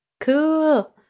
Cool